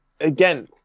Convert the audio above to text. again